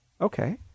Okay